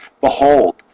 Behold